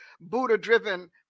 Buddha-driven